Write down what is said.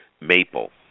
Maple